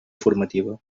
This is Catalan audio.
formativa